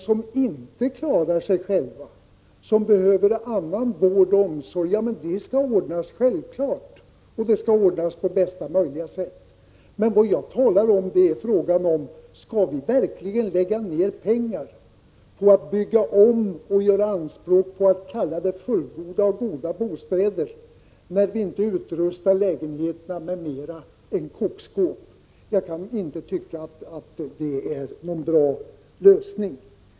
Självfallet skall man på bästa möjliga sätt ordna för dem som inte klarar sig själva och som behöver vård och omsorg. Frågan gäller om vi verkligen skall lägga ner pengar på att bygga om rum och göra anspråk på att kalla dem fullgoda bostäder, när vi inte utrustar lägenheterna med mer än kokskåp. Jag tycker inte att det är någon bra lösning.